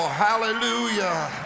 hallelujah